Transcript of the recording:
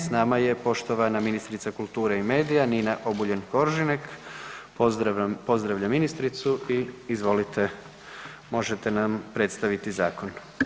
S nama je poštovana ministrica kulture i medija Nina Obuljen Koržinek, pozdravljam ministricu i izvolite, možete nam predstaviti zakon.